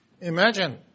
Imagine